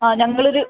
ആ ഞങ്ങൾ ഒരു